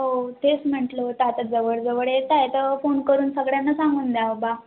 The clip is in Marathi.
हो तेच म्हटलं होतं आता जवळजवळ येत आहे तर फोन करून सगळ्यांना सांगून द्यावं बा